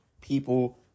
people